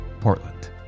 Portland